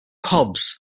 hobbs